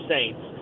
Saints